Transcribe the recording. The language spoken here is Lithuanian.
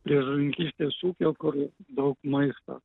prie žuvininkystės ūkio kur daug maisto